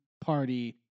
party